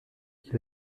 qu’il